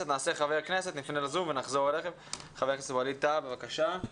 הכנסת ווליד טאהא, בבקשה.